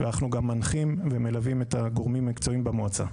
ואנחנו גם מנחים ומלווים את הגורמים המקצועיים במועצה.